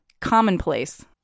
commonplace